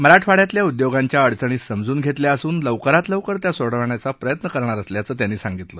मराठवाड्यातल्या उद्योगांच्या अडचणी समजून घेतल्या असून लवकरात लवकर त्या सोडवण्याचा प्रयत्न करणार असल्याचं त्यांनी सांगितलं